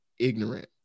ignorant